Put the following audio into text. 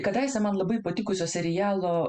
kadaise man labai patikusio serialo